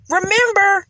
Remember